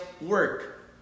work